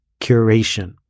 curation